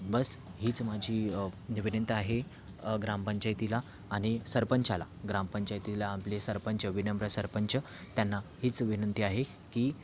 बस हीच माझी विनंती आहे ग्रामपंचायतीला आणि सरपंचाला ग्रामपंचायतीला आपले सरपंच विनम्र सरपंच त्यांना हीच विनंती आहे की